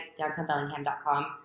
downtownbellingham.com